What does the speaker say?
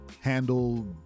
handle